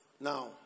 Now